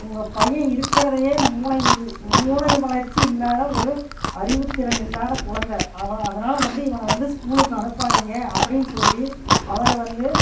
உங்கள் பையன் இருக்கிறதுலையே மூளை மூளை வளர்ச்சி இல்லாத ஒரு அறிவுத்திறன் இல்லாத குழந்தை அவ அதனால் வந்து இவனை வந்து ஸ்கூலுக்கு அனுப்பாதீங்க அப்படினு சொல்லி அவரை வந்து